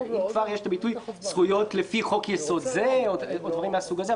אם כבר יש את הביטוי "זכויות לפי חוק יסוד זה" או דברים מהסוג הזה.